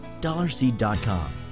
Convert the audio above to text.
DollarSeed.com